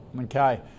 okay